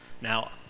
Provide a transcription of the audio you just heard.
Now